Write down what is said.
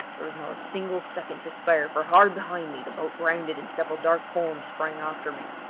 there was not a single second to spare, for hard behind me the boat grounded and several dark forms sprang after me.